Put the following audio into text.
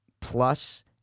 plus